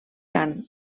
cant